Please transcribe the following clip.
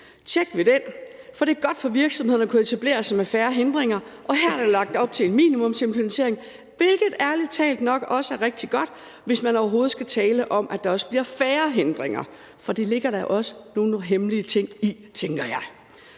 tjek ved den, for det er godt for virksomheder at kunne etablere sig med færre hindringer, og her er der lagt op til en minimumsimplementering, hvilket ærlig talt nok også er rigtig godt, hvis man overhovedet skal tale om, at der også bliver færre hindringer, for det ligger der også nu nogle hemmelige ting i, tænker jeg.